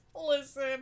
Listen